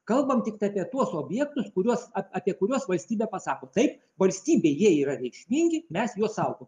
kalbam tiktai apie tuos objektus kuriuos apie kuriuos valstybė pasako taip valstybei jie yra veiksmingi mes juos saugom